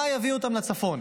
מה יביא אותם לצפון.